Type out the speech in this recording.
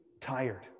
tired